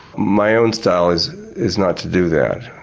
my own style is is not to do that.